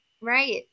Right